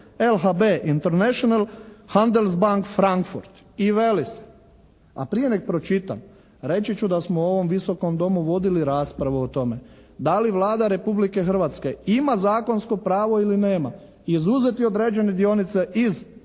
LHB International, Handelsbank Frankfurt i veli se, a prije nego pročitam, reći ću da smo u ovom Visokom domu vodili raspravu o tome da li Vlada Republike Hrvatske ima zakonsko pravo ili nema izuzeti određene dionice iz prodaje